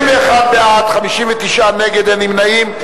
31 בעד, 59 נגד, אין נמנעים.